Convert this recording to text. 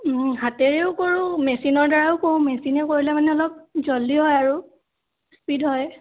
হাতেৰেও কৰোঁ মেছিনৰদ্বাৰাও কৰোঁ মেছিনেৰে কৰিলে মানে অলপ জল্দি হয় আৰু স্পীড হয়